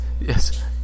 Yes